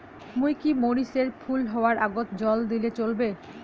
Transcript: মুই কি মরিচ এর ফুল হাওয়ার আগত জল দিলে চলবে?